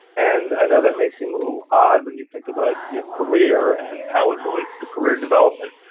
and i know that may seem a little odd when you think about your career and how it relates to career development,